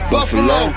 Buffalo